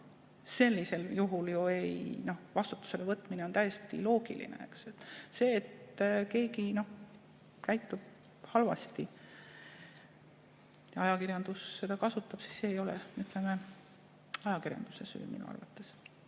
sellisel juhul on vastutusele võtmine ju täiesti loogiline, eks. See, et keegi käitub halvasti ja ajakirjandus seda kasutab, ei ole, ütleme, ajakirjanduse süü, minu arvates.